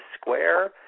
square